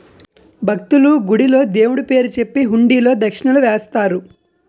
భక్తులు, గుడిలో దేవుడు పేరు చెప్పి హుండీలో దక్షిణలు వేస్తారు